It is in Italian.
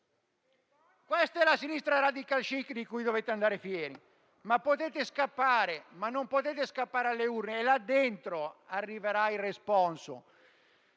Questa è la sinistra *radical chic* di cui dovete andare fieri, ma non potete scappare alle urne. Là dentro arriverà il responso.